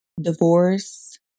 divorce